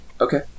Okay